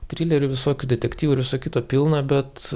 trilerių visokių detektyvų ir viso kito pilna bet